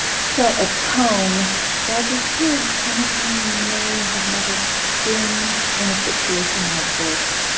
set a tone that these kids, some of whom may have never been in a situation like this,